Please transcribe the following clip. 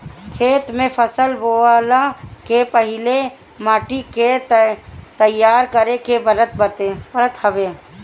खेत में फसल बोअला से पहिले माटी के तईयार करे के पड़त हवे